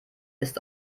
ist